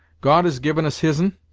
god has given us his'n,